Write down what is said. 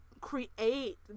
create